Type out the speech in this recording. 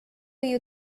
you